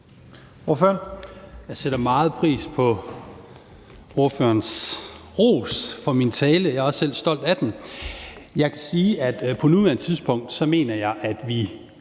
Jeg sætter meget pris på ordførerens ros af min tale; jeg er også selv stolt af den. Jeg kan sige, at jeg på nuværende tidspunkt mener, at vi